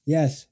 Yes